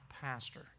pastor